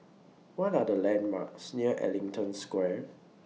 What Are The landmarks near Ellington Square